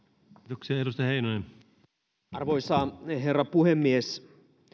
arvoisa herra puhemies